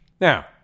Now